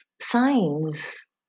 signs